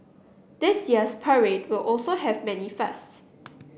this year's parade will also have many firsts